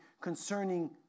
concerning